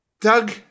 Doug